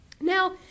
Now